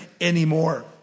anymore